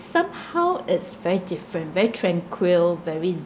somehow it's very different very tranquil very